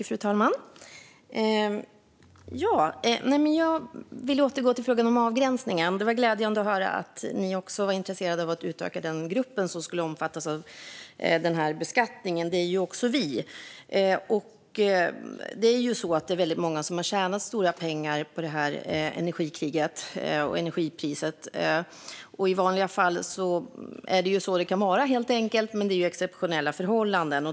Fru talman! Jag vill återgå till frågan om avgränsningen. Det var glädjande att ni också är intresserade av att utöka gruppen som ska omfattas av beskattningen. Det är också vi. Många har tjänat stora pengar på energikriget och energipriset. I vanliga fall är det så, men nu är det exceptionella förhållanden.